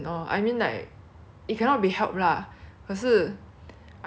I mean we were all very excited for a trip and it's mum's first time